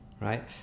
right